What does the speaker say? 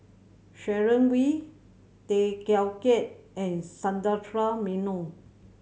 Sharon Wee Tay Teow Kiat and Sundaresh Menon